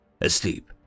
Asleep